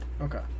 Okay